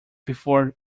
before